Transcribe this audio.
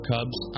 Cubs